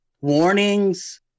warnings